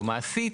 או מעשית,